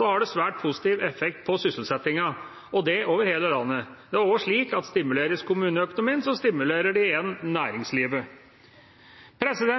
har det svært positiv effekt på sysselsettingen – og det over hele landet. Det er også slik at stimuleres kommuneøkonomien, stimulerer det igjen næringslivet.